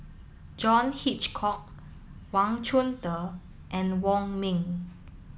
John Hitchcock Wang Chunde and Wong Ming